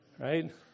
right